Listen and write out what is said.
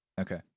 Okay